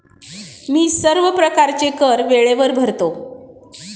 मी सर्व प्रकारचे कर वेळेवर भरतो